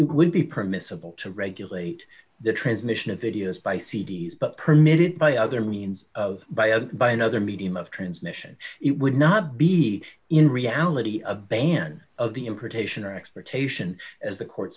would be permissible to regulate the transmission of videos by c d s but permitted by other means of bio by another medium of transmission it would not be in reality a ban of the importation or experts haitian as the court